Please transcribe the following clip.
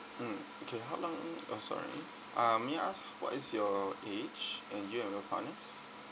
mm okay how long oh sorry uh may I ask what is your age and you and your partner's